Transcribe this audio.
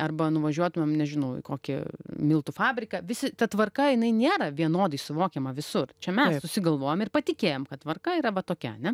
arba nuvažiuotumėm nežinau į kokį miltų fabriką visi ta tvarka jinai nėra vienodai suvokiama visur mes susigalvojom ir patikėjom kad tvarka yra va tokia ane